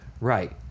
Right